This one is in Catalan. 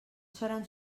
seran